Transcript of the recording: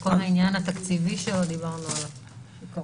יש גם כל העניין התקציבי שלא דיברנו עליו.